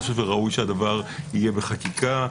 ראוי שהדבר יהיה בחקיקה.